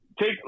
take